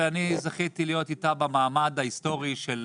ואני זכיתי להיות איתה במעמד ההיסטורי של